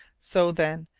so, then,